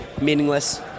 meaningless